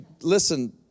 listen